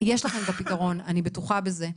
יש לכם את הפתרון, אני בטוחה בזה.